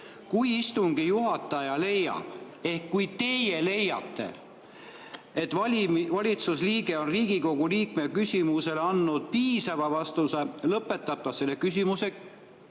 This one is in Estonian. "Kui istungi juhataja leiab (Ehk kui teie leiate. –K. K.), et valitsusliige on Riigikogu liikme küsimusele andnud piisava vastuse, lõpetab ta selle küsimuse